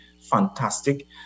fantastic